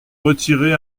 retiré